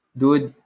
dude